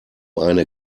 eine